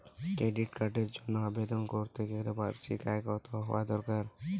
Credit কার্ডের জন্য আবেদন করতে গেলে বার্ষিক আয় কত হওয়া দরকার?